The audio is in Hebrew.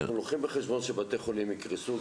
אנחנו לוקחים בחשבון שבתי חולים יקרסו.